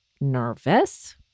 nervous